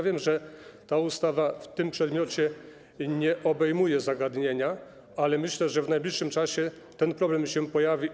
Wiem, że ta ustawa w tym przedmiocie nie obejmuje zagadnienia, ale myślę, że w najbliższym czasie ten problem się pojawi.